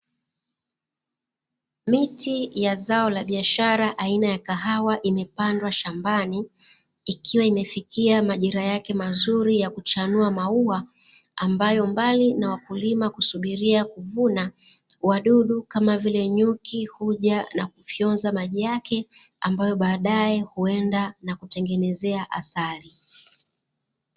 Miti ya zao la biashara aina ya kahawa imepandwa shambani. Ikiwa imefikia majira yake mazuri ya kuchanua maua ambayo mbali na wakulima kusubiria kuvuna wadudu kama vile nyuki huja na kufyonza maji yake ambayo baadaye huenda na kutengenezea asali.